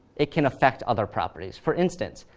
it can affect other properties. for instance,